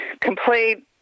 complete